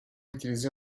utilisé